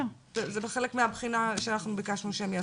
זה בחלק מהבחינה שאנחנו ביקשנו שהם יעשו,